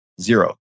Zero